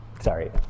sorry